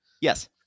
Yes